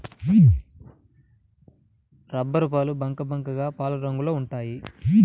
రబ్బరుపాలు బంకబంకగా పాలరంగులో ఉంటాయి